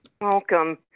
Welcome